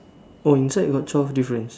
oh inside got twelve difference